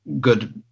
good